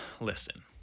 listen